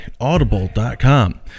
Audible.com